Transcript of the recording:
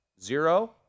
Zero